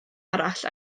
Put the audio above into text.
arall